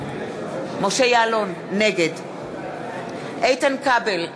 נגד איתן כבל,